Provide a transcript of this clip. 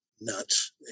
nuts